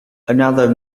another